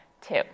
two